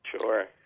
Sure